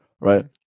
right